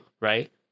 right